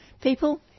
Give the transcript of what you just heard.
people